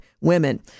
women